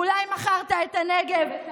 אולי מכרת את הנגב,